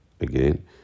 Again